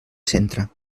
centre